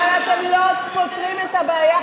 אבל אתם לא פותרים את הבעיה,